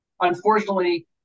unfortunately